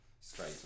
Straight